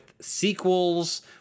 sequels